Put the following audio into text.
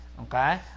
okay